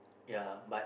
ya but